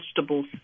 vegetables